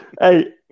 Hey